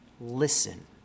listen